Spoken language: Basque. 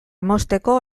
mozteko